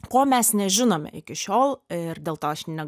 ko mes nežinome iki šiol ir dėl to aš ne